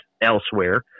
elsewhere